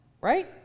right